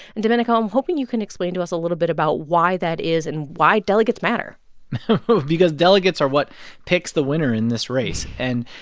and, domenico, i'm hoping you can explain to us a little bit about why that is and why delegates matter because delegates are what picks the winner in this race. and,